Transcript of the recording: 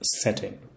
setting